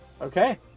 Okay